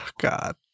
God